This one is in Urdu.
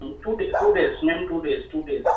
to they two days ma'am two days two days